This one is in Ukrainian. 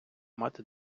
мати